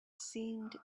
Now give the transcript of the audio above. seemed